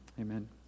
amen